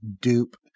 dupe